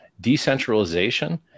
Decentralization